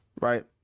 right